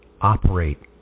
operate